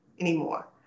anymore